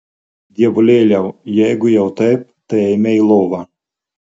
dievulėliau jeigu jau taip tai eime į lovą